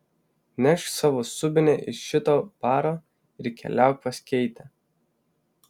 nešk savo subinę iš šito baro ir keliauk pas keitę